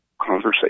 conversation